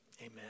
Amen